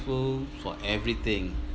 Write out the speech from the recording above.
for everything